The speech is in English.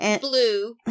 Blue